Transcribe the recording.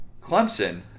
Clemson